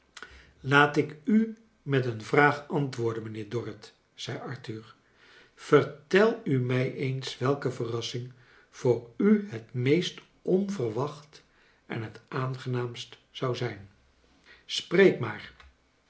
laat ik u met een vraag antwoorden mijnheer dorrit zei arthur vertel u mij eens welke verrassing voor u het meest onverwacht en het aangenaam s t z ou zij n spreek maar